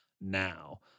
now